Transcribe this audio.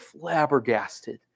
flabbergasted